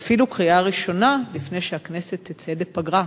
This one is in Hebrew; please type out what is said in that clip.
ואפילו קריאה ראשונה לפני שהכנסת תצא לפגרה,